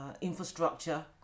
infrastructure